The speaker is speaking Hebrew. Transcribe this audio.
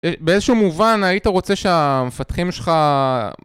באיזשהו מובן, היית רוצה שהמפתחים שלך...